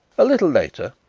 a little later,